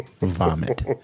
vomit